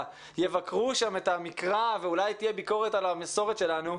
יבקרו שם את המקרא ואולי תהיה ביקורת על המסורת שלנו,